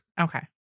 Okay